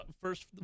first